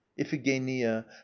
iphigenia